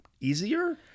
easier